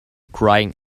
crying